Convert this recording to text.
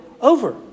over